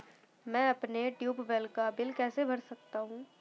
मैं अपने ट्यूबवेल का बिल कैसे भर सकता हूँ?